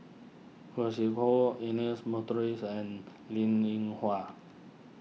Khoo Sui Hoe Ernest Monteiro and Linn in Hua